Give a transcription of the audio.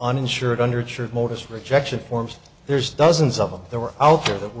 uninsured under church notice rejection forms there's dozens of them there were out there that were